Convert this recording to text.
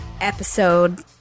episode